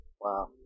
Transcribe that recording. Wow